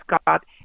Scott